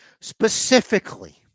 specifically